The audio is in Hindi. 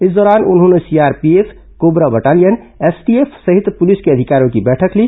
इस दौरान उन्होंने सीआरपीएफ कोबरा बटालियन एसटीएफ सहित पुलिस के अधिकारियों की बैठक ली